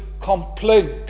complaint